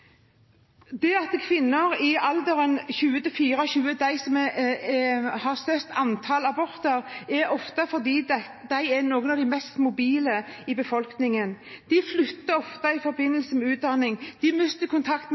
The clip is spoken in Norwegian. Det at kvinner i alderen 20–24 år er de som har størst antall aborter, er ofte fordi de er noen av de mest mobile i befolkningen. De flytter ofte i forbindelse med utdanning. De mister kontakten